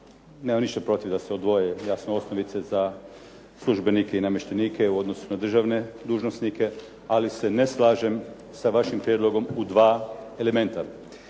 nemam ništa protiv da se odvoje jasno osnovice za službenike i namještenike u odnosu na državne dužnosnike, ali se ne slažem s vašim prijedlogom u dva elementa.